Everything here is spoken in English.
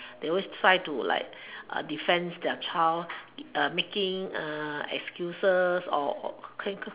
they always try to like defend their child making excuses or or